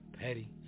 Petty